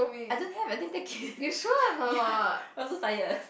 I don't have I don't take ya I'm also tired